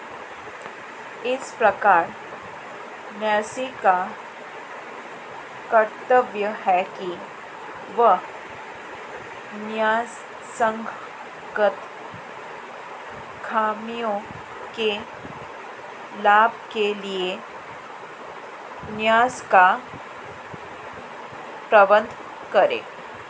इस प्रकार न्यासी का कर्तव्य है कि वह न्यायसंगत स्वामियों के लाभ के लिए न्यास का प्रबंधन करे